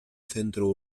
centro